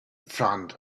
front